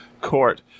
court